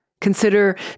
Consider